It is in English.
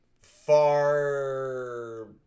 far